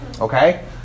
Okay